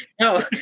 no